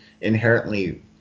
inherently